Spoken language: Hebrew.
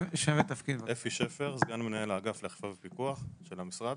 אפי שפר, סגן מנהל האגף לאכיפה ופיקוח של המשרד.